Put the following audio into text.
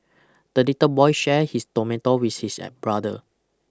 the little boy share his tomato with his brother